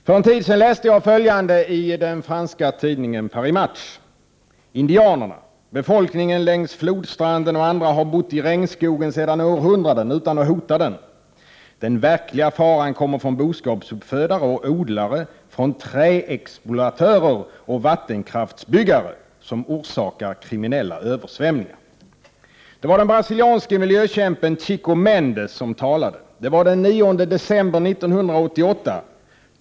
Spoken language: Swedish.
För en tid sedan läste jag följande i den franska tidningen Paris Match: ”Indianerna, befolkningen längs flodstranden och andra har bott i regnskogen sedan århundraden utan att hota den. Den verkliga faran kommer från boskapsuppfödare och odlare, från träexploatörer och vattenkraftsbyggare som orsakar kriminella översvämningar.” Det var den brasilianske miljökämpen Chico Mendes som talade. Det var den 9 december 1988.